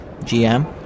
GM